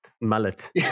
mullet